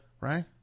right